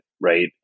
right